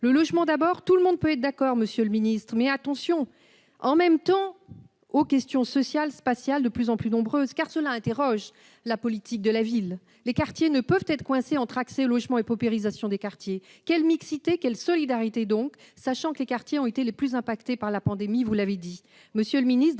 Le logement d'abord, tout le monde peut être d'accord, monsieur le ministre, mais attention, en même temps, aux questions sociales, spatiales, de plus en plus nombreuses. Je m'interroge sur votre politique de la ville : les quartiers ne peuvent être coincés entre accès au logement et paupérisation. Quelle mixité, quelle solidarité, sachant que les quartiers ont été les plus impactés par la pandémie, comme vous l'avez dit